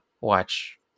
watch